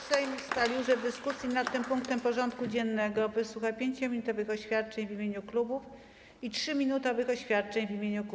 Sejm ustalił, że w dyskusji nad tym punktem porządku dziennego wysłucha 5-minutowych oświadczeń w imieniu klubów i 3-minutowych oświadczeń w imieniu kół.